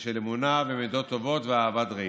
ושל אמונה במידות טובות ואהבת רעים.